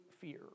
fear